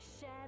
share